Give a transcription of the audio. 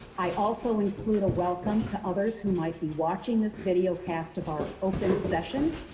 i also include a welcome to others who might be watching this videocast of our open session.